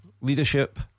leadership